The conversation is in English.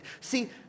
See